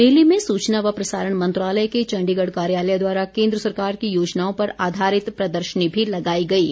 मेले में सूचना व प्रसारण मंत्रालय के चण्डीगढ़ कार्यालय द्वारा केन्द्र सरकार की योजनाओं पर आधारित प्रदर्शनी भी लगाई गई है